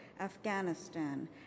Afghanistan